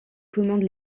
commande